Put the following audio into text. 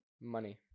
Money